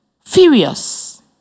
furious